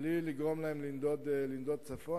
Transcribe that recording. בלי לגרום להם לנדוד צפונה,